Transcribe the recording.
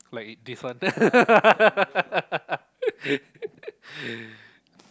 like this one